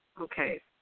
Okay